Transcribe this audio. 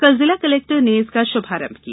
कल जिला कलेक्टर ने इसका शुभारम किया